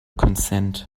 consent